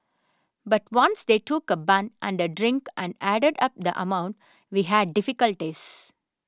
but once they took a bun and a drink and added up the amount we had difficulties